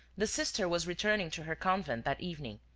the sister was returning to her convent that evening,